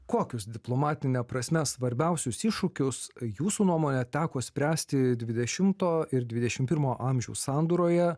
kokius diplomatine prasme svarbiausius iššūkius jūsų nuomone teko spręsti dvidešimto ir dvidešim pirmo amžių sandūroje